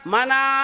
Mana